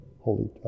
Holy